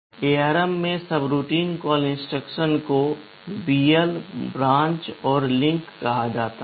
ARM में subroutine call instruction को BL branch और लिंक कहा जाता है